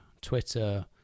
Twitter